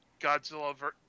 Godzilla